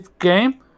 game